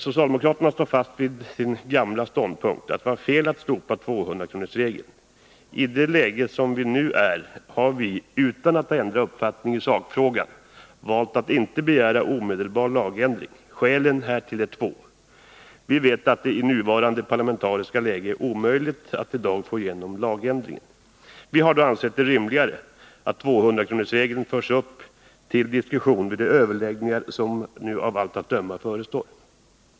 Socialdemokraterna står fast vid sin gamla ståndpunkt att det var fel att slopa 200-kronorsregeln. I vårt nuvarande läge har vi — utan att ha ändrat uppfattning i sakfrågan — valt att inte begära omedelbar lagändring. Skälen härtill är att vi vet att det i nuvarande parlamentariska läge är omöjligt att i dag få igenom lagändringen. Vi har då ansett det rimligare att 200-kronorsregeln förs upp till diskussion vid de överläggningar som nu av allt döma förestår.